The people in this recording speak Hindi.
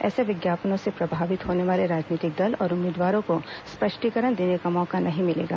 ऐसे विज्ञापनों से प्रभावित होने वाले राजनीतिक दल और उम्मीदवारों को स्पष्टीकरण देने का मौका नहीं मिलेगा